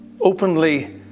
openly